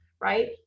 right